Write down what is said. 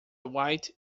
white